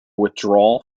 withdrawal